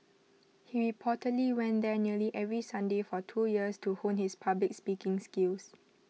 he reportedly went there nearly every Sunday for two years to hone his public speaking skills